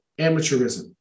amateurism